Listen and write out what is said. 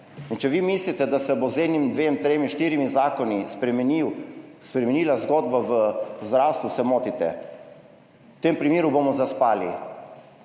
in, če vi mislite, da se bo z enim, dvem, trem, štirim zakoni spremenila zgodba v zdravstvu se motite. V tem primeru bomo zaspali,